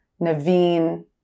Naveen